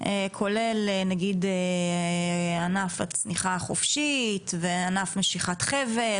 כולל נגיד ענף הצניחה החופשית וענף משיכת חבל